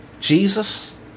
Jesus